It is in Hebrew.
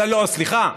סליחה,